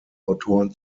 autoren